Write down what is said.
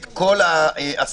את כל העסקים.